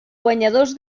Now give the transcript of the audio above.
guanyadors